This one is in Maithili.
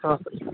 हँ सर